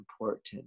important